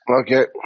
okay